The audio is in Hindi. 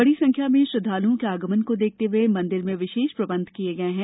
बड़ी संख्या में श्रद्वालुओं के आगमन को देखते हुए मंदिर में विशेष प्रबंध किये गए हैं